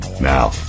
Now